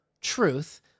truth